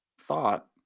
thought